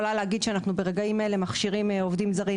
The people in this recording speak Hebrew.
ברגעים אלה אנחנו מכשירים עובדים זרים,